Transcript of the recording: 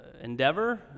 endeavor